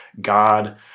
God